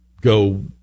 go